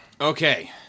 Okay